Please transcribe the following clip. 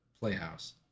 playhouse